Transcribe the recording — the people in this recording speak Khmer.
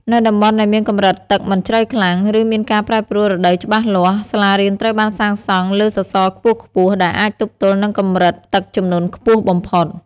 នៅតំបន់ដែលមានកម្រិតទឹកមិនជ្រៅខ្លាំង ឬមានការប្រែប្រួលរដូវច្បាស់លាស់ សាលារៀនត្រូវបានសាងសង់លើសសរខ្ពស់ៗដែលអាចទប់ទល់នឹងកម្រិតទឹកជំនន់ខ្ពស់បំផុត។